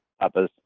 papa's